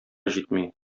җитми